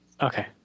Okay